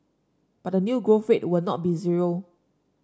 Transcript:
but the new growth rate will not be zero